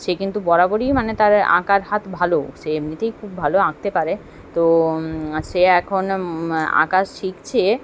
সে কিন্তু বরাবরই মানে তার আঁকার হাত ভালো সে এমনিতেই খুব ভালো আঁকতে পারে তো সে এখন আঁকা শিখছে